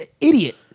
idiot